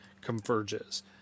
converges